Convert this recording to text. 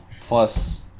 plus